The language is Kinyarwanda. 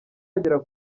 yagera